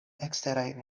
eksteraj